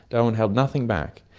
darwin held nothing back.